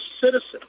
citizen